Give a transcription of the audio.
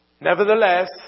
Nevertheless